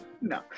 No